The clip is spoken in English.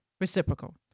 reciprocal